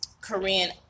Korean